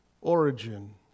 Origin